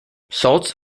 salts